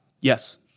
Yes